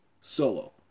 Solo